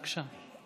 בבקשה,